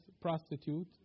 prostitute